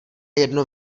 jedno